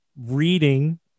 reading